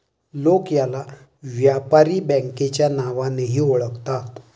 लोक याला व्यापारी बँकेच्या नावानेही ओळखतात